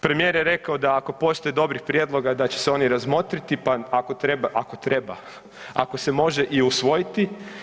Premijer je rekao da ako postoji dobrih prijedloga da će se oni razmotriti pa ako treba, ako treba, ako se može i usvojiti.